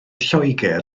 lloegr